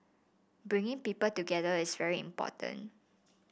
bringing people together is very important